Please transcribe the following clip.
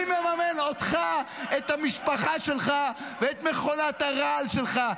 מי מממן אותך, את המשפחה שלך ואת מכונת הרעל שלך?